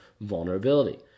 vulnerability